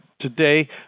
today